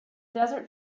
desert